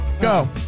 go